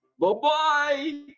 Bye-bye